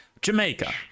Jamaica